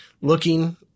looking